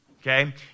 okay